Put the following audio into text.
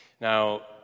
Now